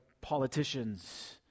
politicians